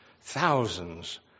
Thousands